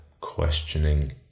questioning